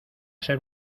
ser